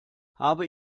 habe